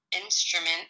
instrument